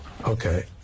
Okay